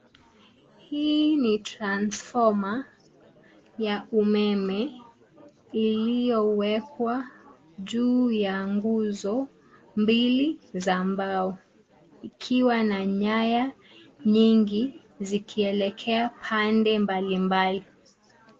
Hii ni transfoma ya umeme iliyowekwa juu ya nguzo mbili za mbao ukiwa na nyaya nyingi zikielekea pande mbalimbali.